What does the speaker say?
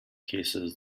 cases